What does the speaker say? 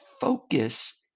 focus